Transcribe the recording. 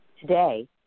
Today